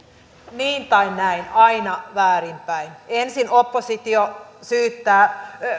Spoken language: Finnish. niin tai näin aina väärinpäin ensin oppositio syyttää